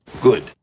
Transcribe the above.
Good